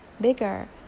bigger